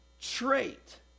trait